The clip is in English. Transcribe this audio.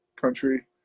country